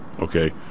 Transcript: Okay